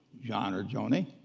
john or joanie,